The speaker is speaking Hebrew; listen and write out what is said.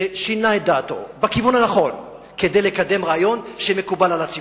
ששינה את דעתו בכיוון הנכון כדי לקדם רעיון שמקובל על הציבור.